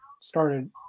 started